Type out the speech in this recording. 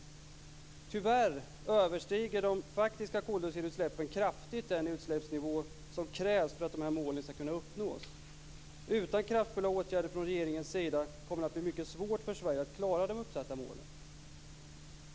Tyvärr överstiger de faktiska koldioxidutsläppen kraftigt den utsläppsnivå som krävs för att de här målen skall kunna uppnås. Utan kraftfulla åtgärder från regeringens sida kommer det att bli mycket svårt för Sverige att klara de uppsatta målen.